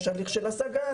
יש הליך של השגה,